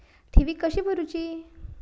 ठेवी कशी भरूची?